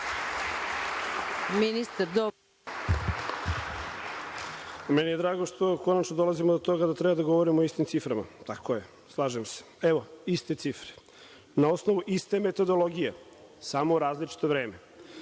Meni je drago što konačno dolazimo do toga da treba da govorimo o istim ciframa, slažem se. Evo, iste cifre, na osnovu iste metodologije, samo različito vreme.